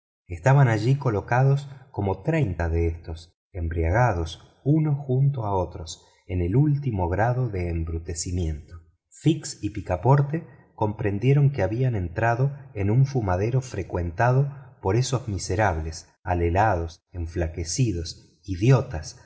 estaban allí colocados como treinta de éstos embriagados unos junto a otros en el último grado de embrutecimiento fix y picaporte comprendieron que habían entrado en un fumadero frecuentado por esos miserables alelados enflaquecidos idiotas